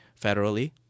federally